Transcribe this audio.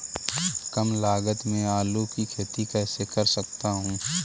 कम लागत में आलू की खेती कैसे कर सकता हूँ?